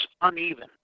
uneven